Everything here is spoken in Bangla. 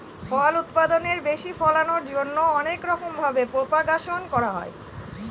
ফল উৎপাদনের বেশি ফলনের জন্যে অনেক রকম ভাবে প্রপাগাশন করা হয়